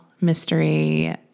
Mystery